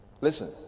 Listen